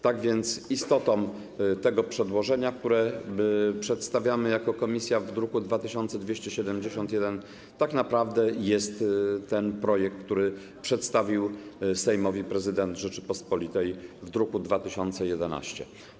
Tak więc istotą przedłożenia, które przedstawiamy jako komisja w druku nr 2271, tak naprawdę jest ten projekt, który przedstawił Sejmowi prezydent Rzeczypospolitej w druku nr 2011.